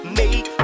make